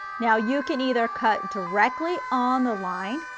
now you can either cut directly on the line